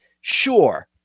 sure